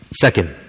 Second